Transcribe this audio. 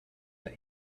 that